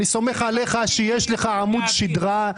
אני סומך עליך שיש לך עמוד שדרה.